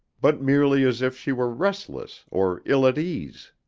but merely as if she were restless or ill at ease.